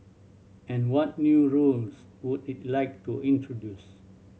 and what new rules would it like to introduce